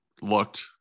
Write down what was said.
looked